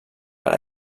per